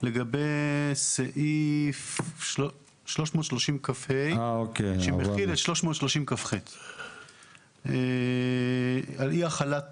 לגבי סעיף 330כה, שמכיל את 330כח. על אי החלת